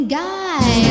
guy